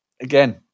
again